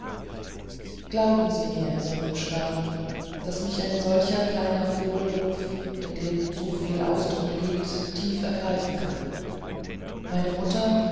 glauben sie mir sonjuscha daß mich ein solcher kleiner vogelruf in dem so viel ausdruck liegt tief ergreifen kann meine mutter